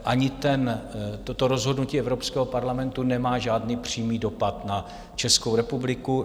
Ani toto rozhodnutí Evropského parlamentu nemá žádný přímý dopad na Českou republiku.